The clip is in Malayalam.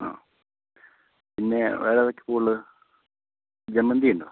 ആ പിന്നെ വേറെ ഏതൊക്കെയാണ് പൂവുള്ളത് ജമന്തിയുണ്ടോ